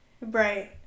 right